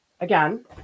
Again